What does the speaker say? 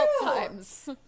times